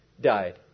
died